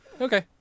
Okay